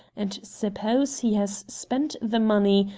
and, suppose he has spent the money,